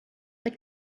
the